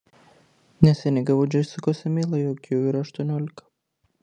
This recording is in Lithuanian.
neseniai gavau džesikos emailą jog jau yra aštuoniolika